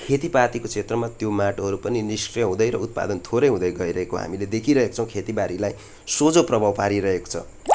खेतीपातीको क्षेत्रमा त्यो माटोहरू पनि निष्क्रिय हुँदै र उत्पादन थोरै हुँदै गइरहेको हामीले देखी रहेछौँ खेतीबारीलाई सोझो प्रभाव पारी रहेको छ